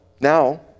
now